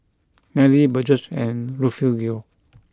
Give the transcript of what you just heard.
Nelly Burgess and Refugio